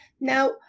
Now